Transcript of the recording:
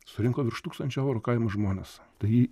surinko virš tūkstančio eurų kaimo žmonės tai